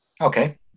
Okay